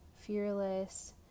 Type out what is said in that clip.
fearless